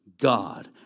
God